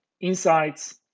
insights